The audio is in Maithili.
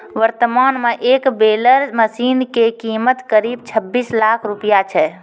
वर्तमान मॅ एक बेलर मशीन के कीमत करीब छब्बीस लाख रूपया छै